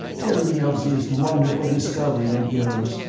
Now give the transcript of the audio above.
tell me of this wonderful discovery of yours.